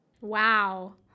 Wow